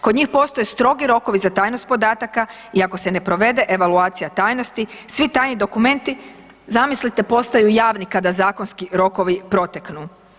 Kod njih postoje strogi rokovi za tajnost podataka i ako se ne provede evaluacija tajnosti, svi tajni dokumenti, zamislite, postaju javni kada zakonski rokovi proteknu.